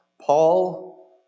Paul